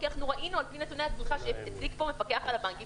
כי אנחנו ראינו על פי נתוני הצריכה שהציג פה המפקח על הבנקים